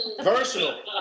Versatile